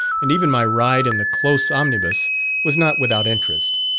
and even my ride in the close omnibus was not without interest.